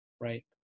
Right